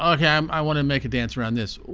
um i want to make a dance around this.